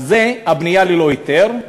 זו הבנייה ללא היתר.